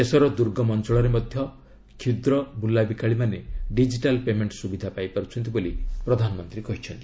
ଦେଶର ଦୁର୍ଗମ ଅଞ୍ଚଳରେ ମଧ୍ୟ କ୍ଷୁଦ୍ର ବୁଲାବିକାଳିମାନେ ଡିକିଟାଲ ପେମେଣ୍ଟ ସୁବିଧା ପାଇପାର୍ରଛନ୍ତି ବୋଲି ପ୍ରଧାନମନ୍ତ୍ରୀ କହିଛନ୍ତି